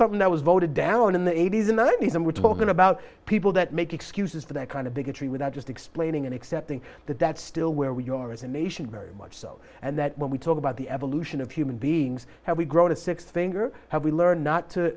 something that was voted down in the eighty's and ninety's and we're talking about people that make excuses for that kind of bigotry without just explaining and accepting that that's still where your estimation very much so and that when we talk about the evolution of human beings how we grow to six thing or how we learn not to